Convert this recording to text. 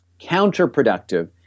counterproductive